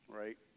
right